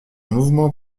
mouvement